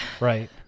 Right